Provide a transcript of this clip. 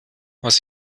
was